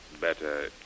better